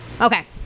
Okay